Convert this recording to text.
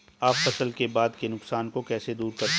आप फसल के बाद के नुकसान को कैसे दूर करते हैं?